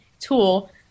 tool